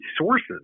sources